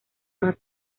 más